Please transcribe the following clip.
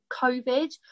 COVID